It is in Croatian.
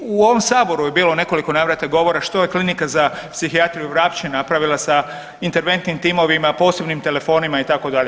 U neku, i u ovom Saboru je bilo u nekoliko navrata govora što je Klinika za psihijatriju Vrapče napravila sa interventnim timovima, posebnim telefonima, itd.